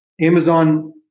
Amazon